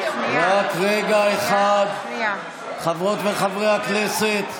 רק רגע אחד, חברות וחברי הכנסת,